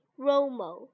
Romo